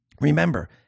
Remember